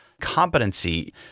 competency